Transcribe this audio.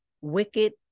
wicked